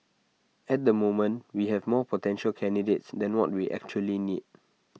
at the moment we have more potential candidates than what we actually need